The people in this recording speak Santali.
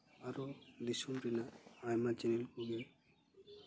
ᱟᱨᱚ ᱫᱤᱥᱚᱢ ᱨᱮᱱᱟᱜ ᱟᱭᱢᱟ ᱪᱮᱱᱮᱞ ᱠᱚᱜᱮ